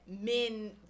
men